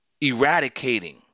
eradicating